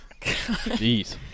Jeez